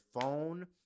phone